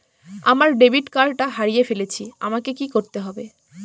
আমার ডেবিট কার্ডটা হারিয়ে ফেলেছি আমাকে কি করতে হবে?